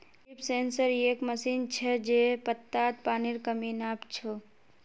leaf sensor एक machine छ जे पत्तात पानीर कमी नाप छ